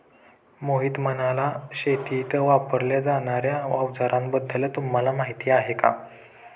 मोहित म्हणाला, शेतीत वापरल्या जाणार्या अवजारांबद्दल तुम्हाला माहिती आहे का?